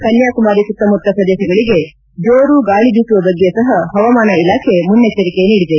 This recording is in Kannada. ಕನ್ಯಾಕುಮಾರಿ ಸುತ್ತಮುತ್ತ ಪ್ರದೇಶಗಳಿಗೆ ಜೋರು ಗಾಳಿ ಬೀಸುವ ಬಗ್ಗೆ ಸಹ ಹವಾಮಾನ ಇಲಾಖೆ ಮುನ್ನೆಚ್ಚರಿಕೆ ನೀಡಿದೆ